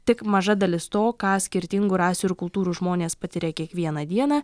tik maža dalis to ką skirtingų rasių ir kultūrų žmonės patiria kiekvieną dieną